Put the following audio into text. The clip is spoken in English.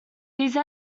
these